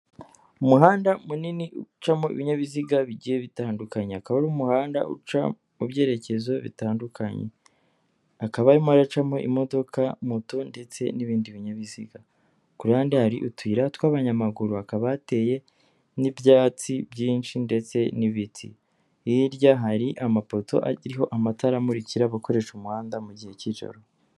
Umuhanda munini ucamo ibyabiziga bigiye bitandukanye, akaba ari umuhanda uca mu byerekezo bitandukanyekaba, hakaba harimo haracamo imodoka, moto ndetse n'ibindi binyabiziga, ku hande hari utuyira tw'abanyamagurukaba, hakaba hateye n'ibyatsi byinshi ndetse n'ibiti, hirya hari amapoto ariho amatara amurikira abakoresha umuhanda mu gihe k'ijoro.